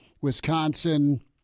Wisconsin